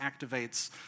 activates